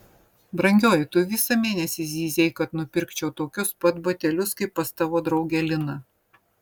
brangioji tu visą mėnesį zyzei kad nupirkčiau tokius pat batelius kaip pas tavo draugę liną